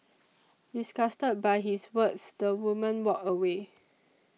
disgusted by his words the woman walked away